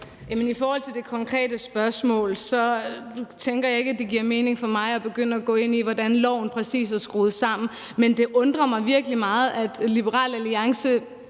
I forhold til det konkrete spørgsmål tænker jeg ikke, at det giver mening for mig at begynde at gå ind i, hvordan loven præcis er skruet sammen. Men det undrer mig virkelig meget, at Liberal Alliance